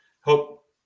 Hope